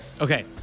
Okay